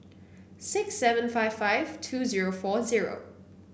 six seven five five two zero four zero